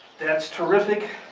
that's terrific,